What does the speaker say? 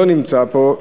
שלא נמצא פה,